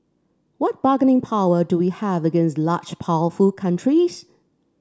what bargaining power do we have against large powerful countries